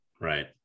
Right